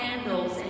candles